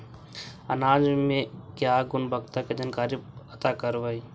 अनाज मे क्या गुणवत्ता के जानकारी पता करबाय?